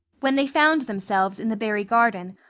when they found themselves in the barry garden,